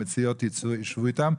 המציעות ישבו עם המשרד,